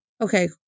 Okay